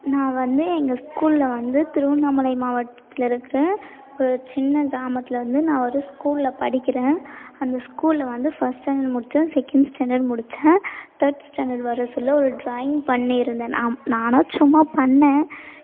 நான் வந்து எங்கள் ஸ்கூலில் வந்து திருவண்ணாமலை மாவட்டத்தில் இருக்கிற ஒரு சின்ன கிராமத்தில் வந்து நான் ஒரு ஸ்கூலில் படிக்கிறேன் அந்த ஸ்கூலில் வந்து ஃபஸ்ட் ஸ்டாண்டர்ட் முடித்தேன் செகண்ட் ஸ்டாண்டர்ட் முடித்தேன் தேர்ட் ஸ்டாண்டர்ட் வரச் சொல்ல ட்ராயிங் பண்ணியிருந்தேன் நான் நானாக சும்மா பண்ணேன் சரி